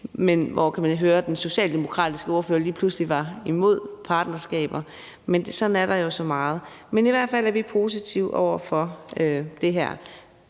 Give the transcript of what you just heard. men nu kan man jo høre, at den socialdemokratiske ordfører lige pludselig er imod partnerskaber. Men sådan er der så meget. I hvert fald er vi positive over for det her